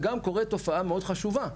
וגם קורית תופעה מאוד חשובה,